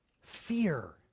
fear